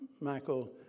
Michael